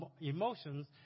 emotions